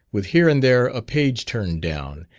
with here and there a page turned down,